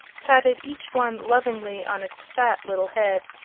patted each one lovingly on its fat little head,